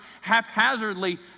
haphazardly